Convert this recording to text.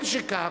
הואיל וכך,